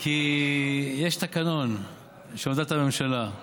כי יש תקנון של עבודת הממשלה: